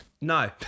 No